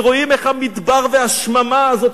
ורואים איך המדבר והשממה הזאת,